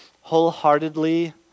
wholeheartedly